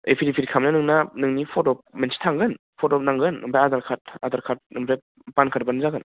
affidavit खालामनायाव नोंना नोंनि फट' मोनसे थांगोन फट' नांगोन ओमफाय आधार कार्ड ओमफ्राय पान कार्डबानो जागोन